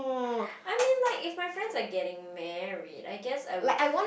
I mean like if my friends are getting married I guess I would